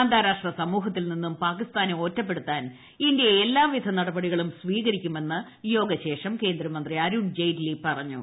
അന്താരാഷ്ട്ര സമൂഹത്തിൽ നിന്നും പാക്കിസ്ഥാനെ ഒറ്റപ്പെടുത്താൻ ഇന്ത്യ എല്ലാവിധ നടപടികളും സ്വീകരിക്കുമെന്ന് യോഗശേഷം കേന്ദ്രമന്ത്രി അരുൺജെയ്റ്റിലി പറഞ്ഞു